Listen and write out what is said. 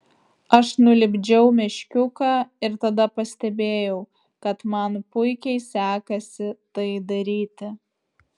aš nulipdžiau meškiuką ir tada pastebėjau kad man puikiai sekasi tai daryti